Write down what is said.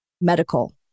medical